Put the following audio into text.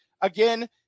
Again